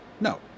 No